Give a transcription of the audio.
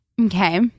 Okay